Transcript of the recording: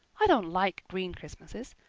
i don't like green christmases.